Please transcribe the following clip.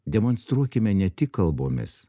demonstruokime ne tik kalbomis